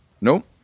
Nope